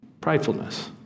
Pridefulness